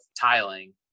tiling